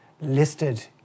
listed